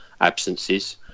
absences